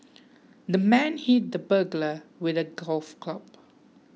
the man hit the burglar with a golf club